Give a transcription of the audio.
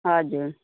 हजुर